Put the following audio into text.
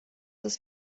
des